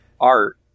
art